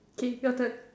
okay your turn